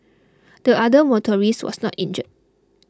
the other motorist was not injured